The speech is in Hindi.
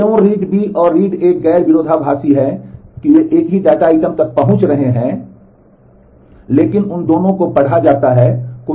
क्यों read B और read A गैर विरोधाभासी नहीं है